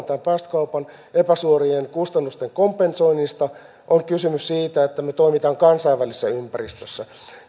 tämän päästökaupan epäsuorien kustannusten kompensoinnista on kysymys siitä että me toimimme kansainvälisessä ympäristössä